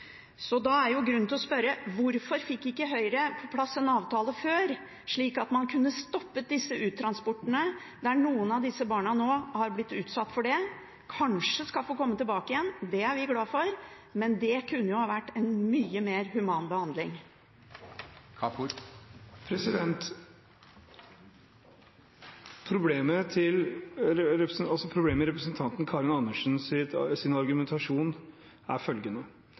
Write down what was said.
Så da er det grunn til å spørre: Hvorfor fikk ikke Høyre på plass en avtale før, slik at man kunne ha stoppet disse uttransporteringene? Noen av de barna som har blitt utsatt for det, skal kanskje nå få komme tilbake igjen. Det er vi glade for, men det kunne ha vært en mye mer human behandling. Problemet med representanten Karin Andersens argumentasjon er følgende: Hun er fornøyd med løsningen – det virker nesten som om hun er